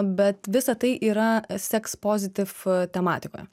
bet visa tai yra seks pozitiv tematikoj